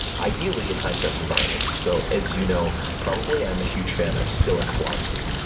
ideally in high stress environments. so as you know, probably, i'm a huge fan of stoic philosophy.